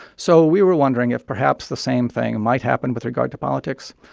so we were wondering if perhaps the same thing might happen with regard to politics.